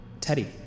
Teddy